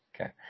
Okay